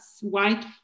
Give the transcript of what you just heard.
white